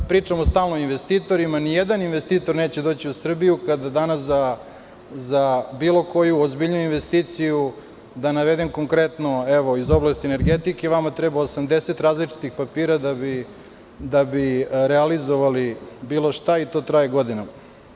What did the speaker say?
Pričamo stalno o investitorima, ni jedan investitor neće doći u Srbiju, kada danas za bilo koju ozbiljniju investiciju, da navedem konkretno evo iz oblasti energetike, vama treba 80 različitih papira da bi realizovali bilo šta i to traje godinama.